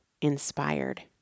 inspired